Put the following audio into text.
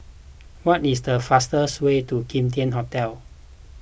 what is the fastest way to Kim Tian Hotel